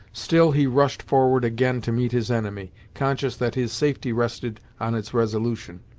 still he rushed forward again to meet his enemy, conscious that his safety rested on it's resolution.